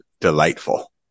delightful